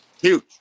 Huge